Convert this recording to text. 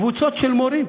קבוצות של מורים,